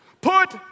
Put